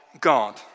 God